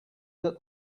that